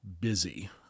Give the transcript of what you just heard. busy